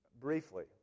briefly